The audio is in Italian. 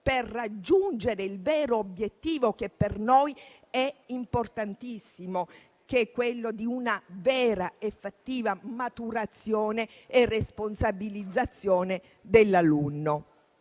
per raggiungere il vero obiettivo, che per noi è importantissimo, che è la vera e fattiva maturazione e responsabilizzazione dell'alunno.